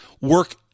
work